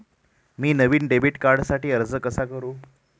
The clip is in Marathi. मी नवीन डेबिट कार्डसाठी अर्ज कसा करू?